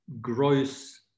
gross